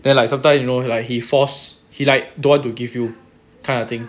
then like sometimes you know like he force he like don't want to give you kind of thing